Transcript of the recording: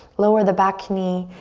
lower the back knee,